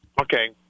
Okay